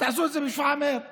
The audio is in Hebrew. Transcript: אז תעשו את זה בשפאעמר ותגידו: